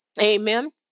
amen